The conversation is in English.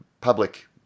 public